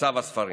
מצב הספרים.